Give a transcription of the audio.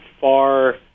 far